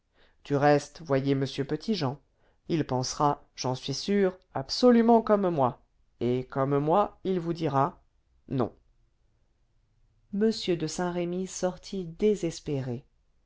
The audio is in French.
du reste voyez m petit-jean il pensera j'en suis sûr absolument comme moi et comme moi il vous dira non m de saint-remy sortit désespéré